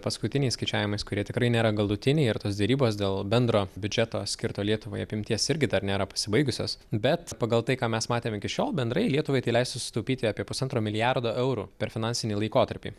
paskutiniais skaičiavimais kurie tikrai nėra galutiniai ir tos derybos dėl bendro biudžeto skirto lietuvai apimties irgi dar nėra pasibaigusios bet pagal tai ką mes matėm iki šiol bendrai lietuvai leistų sutaupyti apie pusantro milijardo eurų per finansinį laikotarpį